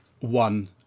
one